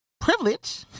privilege